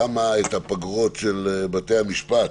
למה הפגרות של בתי-המשפט